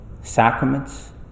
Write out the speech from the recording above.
sacraments